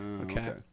okay